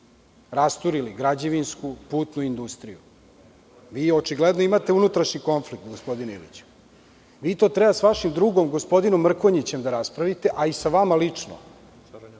rasturili građevinsku putnu industriju? Vi očigledno imate unutrašnji konflikt, gospodine Iliću. Vi to trebate sa vašim drugom, gospodinom Mrkonjićem da raspravite, a i sa vama lično,